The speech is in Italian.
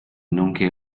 nonché